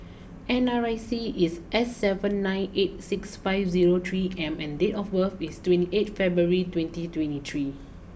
N R I C is S seven nine eight six five zero three M and date of birth is twenty eight February twenty twenty three